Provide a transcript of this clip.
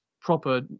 proper